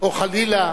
או שחלילה